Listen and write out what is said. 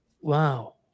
Wow